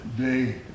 day